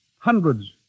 Hundreds